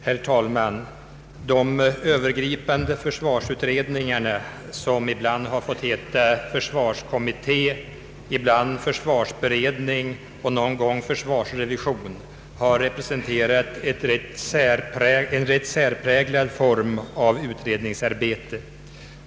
Herr talman! De övergripande försvarsutredningarna, som ibland har hetat försvarskommitté, ibland försvarsberedning och någon gång försvarsrevision, har representerat en rätt särpräglad form av utredningsarbete.